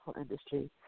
industry